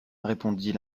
répondit